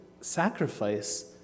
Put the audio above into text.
sacrifice